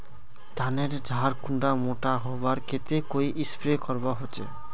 धानेर झार कुंडा मोटा होबार केते कोई स्प्रे करवा होचए?